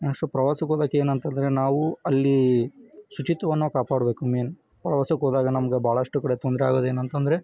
so ಪ್ರವಾಸಕ್ಕೆ ಹೋದಾಕೆ ಏನಂತ ಅಂದ್ರೆ ನಾವು ಅಲ್ಲಿ ಶುಚಿತ್ವವನ್ನು ಕಾಪಾಡಬೇಕು ಮೇಯ್ನ್ ಪ್ರವಾಸಕ್ಕೆ ಹೋದಾಗ ನಮ್ಗೆ ಭಾಳಷ್ಟು ಕಡೆ ತೊಂದರೆ ಆಗೋದು ಏನಂತ ಅಂದ್ರೆ